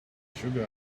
sugar